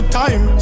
time